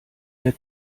der